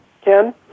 Ken